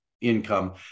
income